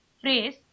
phrase